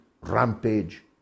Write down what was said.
rampage